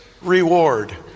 reward